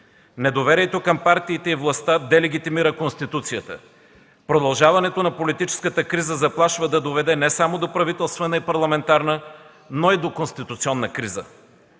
Недоверието към партиите и властта делегитимира Конституцията. Продължаването на политическата криза заплашва да доведе не само до правителствена и парламентарна, но и до конституционна криза.